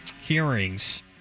hearings